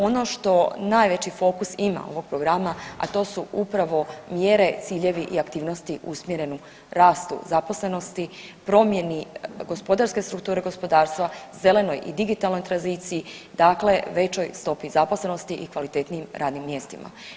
Ono što najveći fokus ima ovog programa, a to su upravo mjere, ciljevi i aktivnosti usmjereni rastu zaposlenosti, promjeni gospodarske strukture gospodarstva, zelenoj i digitalnoj tranziciji, dakle većoj stopi zaposlenosti i kvalitetnijim radnim mjestima.